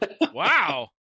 Wow